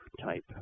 type